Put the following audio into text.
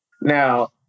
Now